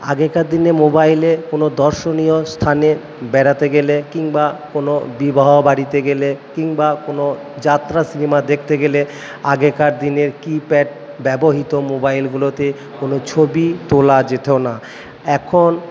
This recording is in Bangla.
আগেকার দিনে মোবাইলে কোনো দর্শনীয় স্থানে বেড়াতে গেলে কিংবা কোনো বিবাহ বাড়িতে গেলে কিংবা কোনো যাত্রা সিনেমা দেখতে গেলে আগেকার দিনের কীপ্যাড ব্যবহিত মোবাইলগুলোতে কোনো ছবি তোলা যেতো না এখন